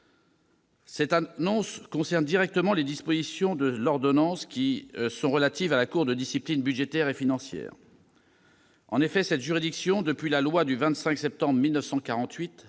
Cette annonce concerne directement les dispositions de l'ordonnance qui sont relatives à la Cour de discipline budgétaire et financière. En effet, depuis la loi du 25 septembre 1948,